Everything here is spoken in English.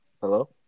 Hello